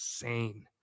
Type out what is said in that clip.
insane